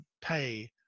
pay